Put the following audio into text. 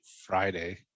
Friday